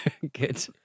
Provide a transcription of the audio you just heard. Good